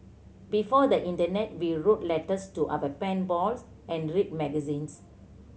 before the internet we wrote letters to our pen balls and read magazines